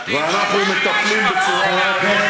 ואנחנו מטפלים בצורה אחראית,